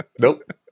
Nope